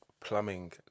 plumbing